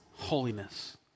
holiness